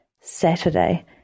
Saturday